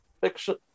fiction